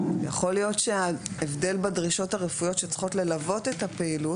יכול להיות בהבדל בדרישות הרפואיות שצריכות ללוות את הפעילות